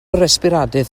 resbiradaeth